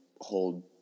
hold